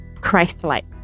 christ-like